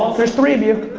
ah there's three of you.